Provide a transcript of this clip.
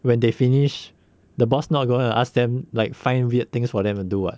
when they finish the boss not gonna ask them like find weird things for them to do [what]